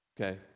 Okay